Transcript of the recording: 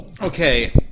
Okay